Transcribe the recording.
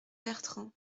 bertrand